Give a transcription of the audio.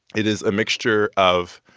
it is a mixture of